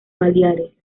baleares